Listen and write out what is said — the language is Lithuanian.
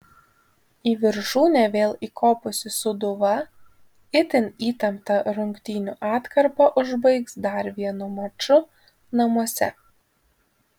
į viršūnę vėl įkopusi sūduva itin įtemptą rungtynių atkarpą užbaigs dar vienu maču namuose